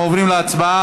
אנחנו עוברים להצבעה.